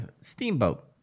Steamboat